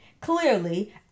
clearly